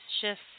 shifts